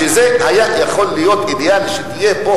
שזה היה יכול להיות אידיאלי שתהיה פה